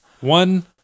one